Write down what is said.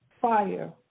fire